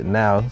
now